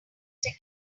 again